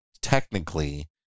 technically